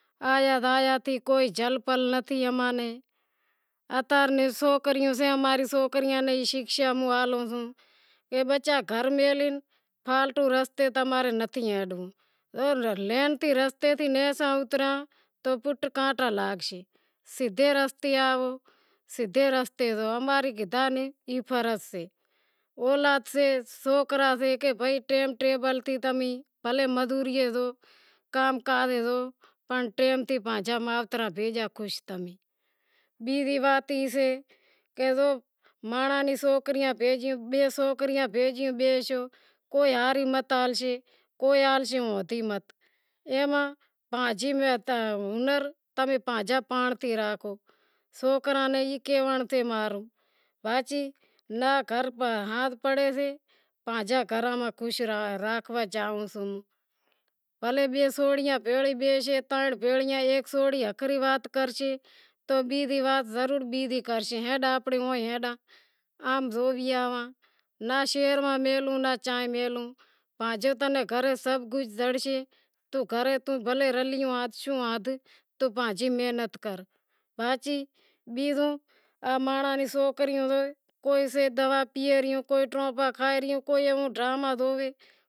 آیا زایا تھی کوئی جھل پل نتھی اماں نی، اتاری شوکریوں سے ای سوکریاں نوں شکشا ہالوں اے بچا گھر میلہے فالتو رستے تاں نتھی ہلنڑو رستے تھی نیسا اوتریا تو کانٹا لاگشیں، کے رستے آئو کے راستے زائو سوکرا سے تو بھائی ٹیم ٹیبل تھی تمیں بھلیں مزوریے زائو کاز ماج تی زائو پنڑ ٹیم تے پاچھا مائتراں کن آئو، بیزی وات ای سے سوکراں نی ای کہونڑ تھی امارو کہ پانجے گھراں میں خوش رہو، امیں سوریاں نوں ناں شہر نی میلہوں ناں بیزو مانڑاں نوں سوکریوں کو دوا پیئے ریوں کوئی ٹابھا کھائے ریوں ای ڈراما زوئے